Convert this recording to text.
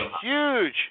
huge